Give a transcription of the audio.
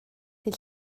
dydd